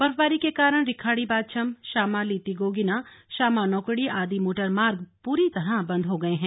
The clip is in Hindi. बर्फबारी के कारण रिखाड़ी बाछम शामा लीती गोगिना शामा नौकुड़ी आदि मोटर मार्ग प्री तरह बंद हो गए हैं